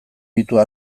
mitoa